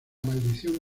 maldición